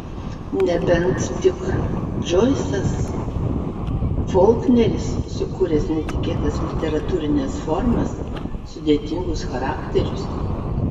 nebent tik džoisas folkneris sukūrę netikėtas literatūrines formas sudėtingus charakterius